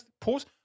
pause